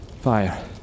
Fire